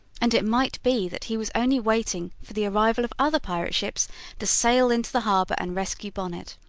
and it might be that he was only waiting for the arrival of other pirate ships to sail into the harbor and rescue bonnet.